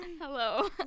Hello